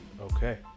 Okay